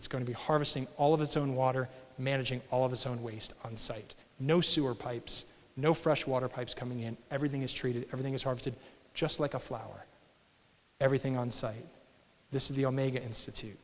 going to be harvesting all of its own water managing all of its own waste on site no sewer pipes no fresh water pipes coming in everything is treated everything is harvested just like a flower everything on site this is the omega institute